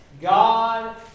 God